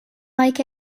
like